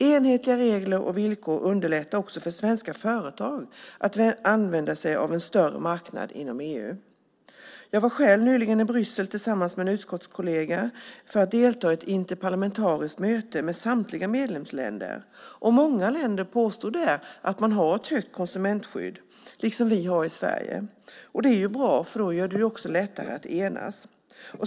Enhetliga regler och villkor underlättar också för svenska företag som vill använda sig av en större marknad inom EU. Jag var själv nyligen i Bryssel tillsammans med en utskottskollega för att delta i ett interparlamentariskt möte med samtliga medlemsländer. Representanter från många länder påstod att man har ett högt konsumentskydd liksom vi har i Sverige. Det är bra, för det gör det lättare att enas.